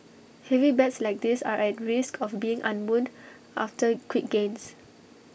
heavy bets like this are at risk of being unwound after quick gains